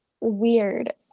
weird